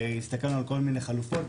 הסתכלנו על כל מיני חלופות.